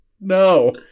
No